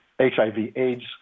HIV-AIDS